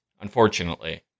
unfortunately